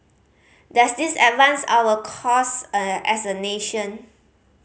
does this advance our cause as a nation